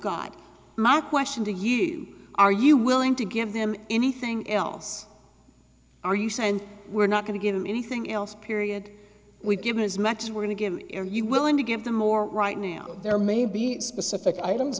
got my question to you are you willing to give them anything else are you saying we're not going to give them anything else period we've given is max we're going to give you willing to give them more right now there may be specific items